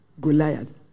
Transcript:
Goliath